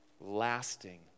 lasting